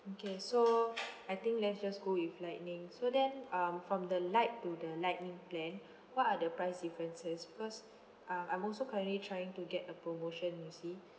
okay so I think let's just go with lightning so then um from the lite to the lightning plan what are the price differences because um I'm also currently trying to get a promotion you see